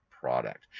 product